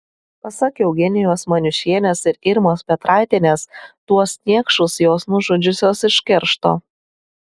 pasak eugenijos maniušienės ir irmos petraitienės tuos niekšus jos nužudžiusios iš keršto